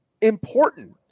important